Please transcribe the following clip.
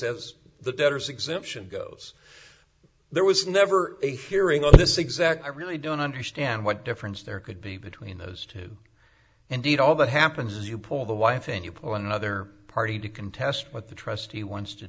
case as the debtors exemption goes there was never a hearing on this exact i really don't understand what difference there could be between those two and eat all that happens you pull the wife and you pull another party to contest what the trustee wants to